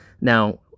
Now